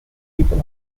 people